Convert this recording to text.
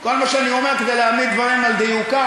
כל מה שאני אומר, כדי להעמיד דברים על דיוקם,